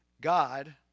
God